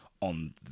on